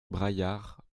braillard